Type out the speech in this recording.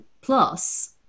plus